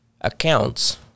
accounts